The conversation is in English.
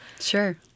Sure